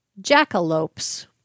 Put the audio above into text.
Jackalope's